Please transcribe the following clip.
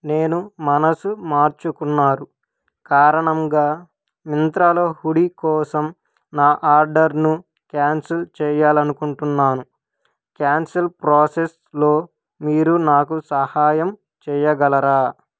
నేను మనసు మార్చుకున్నాను కారణంగా మింత్రాలో హూడీ కోసం నా ఆర్డర్ను క్యాన్సిల్ చేయాలి అనుకుంటున్నాను క్యాన్సిల్ ప్రోసెస్లో మీరు నాకు సహాయం చెయ్యగలరా